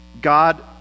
God